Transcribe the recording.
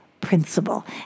principle